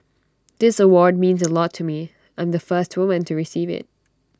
this award means A lot to me I'm the first woman to receive IT